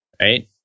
right